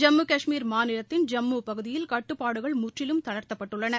ஜம்மு கஷ்மீர் மாநிலத்தின் ஜம்மு பகுதியில் கட்டுப்பாடுகள் முற்றிலும் தளாத்தப்பட்டுள்ளன